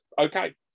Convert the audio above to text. okay